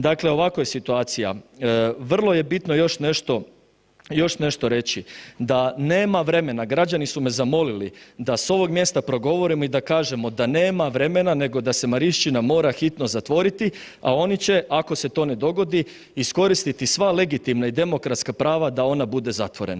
Dakle, ovakva je situacija, vrlo je bitno još nešto, još nešto reći, da nema vremena, građani su me zamolili da s ovog mjesta progovorimo i da kažemo da nema vremena nego da se Marišćina mora hitno zatvoriti, a oni će ako se to ne dogodi iskoristiti sva legitimna i demokratska prava da ona bude zatvorena.